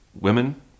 women